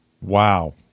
Wow